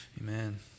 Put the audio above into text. Amen